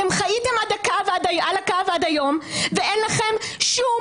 אתם חייתם על הקו עד היום ואין לכם שום